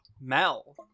Mel